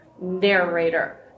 narrator